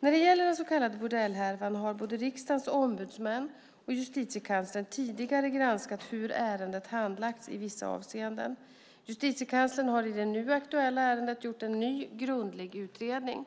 När det gäller den så kallade bordellhärvan har både riksdagens ombudsmän och Justitiekanslern tidigare granskat hur ärendet handlagts i vissa avseenden. Justitiekanslern har i det nu aktuella ärendet gjort en ny grundlig utredning.